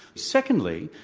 secondly,